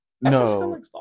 No